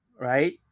right